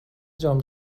جام